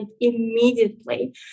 immediately